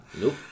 Nope